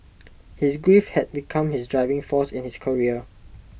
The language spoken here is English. his grief had become his driving force in his career